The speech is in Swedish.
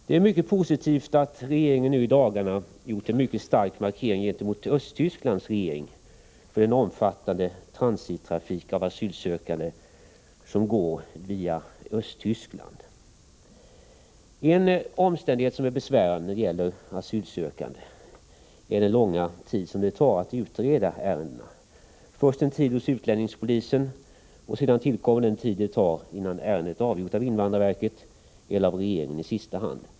Det är mycket positivt att regeringen i dagarna gjort en mycket stark markering gentemot Östtysklands regering när det gäller den omfattande transittrafiken av asylsökande som går via Östtyskland. En omständighet som är besvärande när det gäller asylsökande är den långa tid som det tar att utreda ärendena — först en tid hos utlänningspolisen, och sedan tillkommer den tid det tar invandrarverket, eller i sista hand regeringen, att avgöra ärendena.